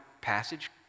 passage